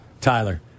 Tyler